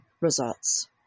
results